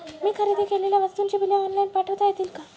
मी खरेदी केलेल्या वस्तूंची बिले ऑनलाइन पाठवता येतील का?